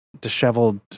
disheveled